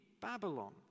Babylon